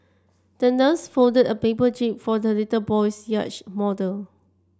the nurse folded a paper jib for the little boy's yacht model